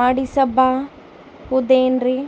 ಮಾಡಸಿಬಹುದೇನ್ರಿ?